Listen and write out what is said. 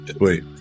wait